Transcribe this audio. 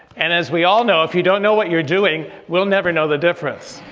and as we all know, if you don't know what you're doing. we'll never know the difference.